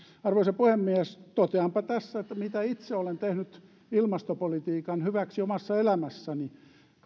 arvoisa puhemies toteanpa tässä mitä itse olen tehnyt ilmastopolitiikan hyväksi omassa elämässäni